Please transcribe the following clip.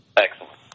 Excellent